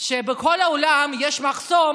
שבכל העולם יש מחסור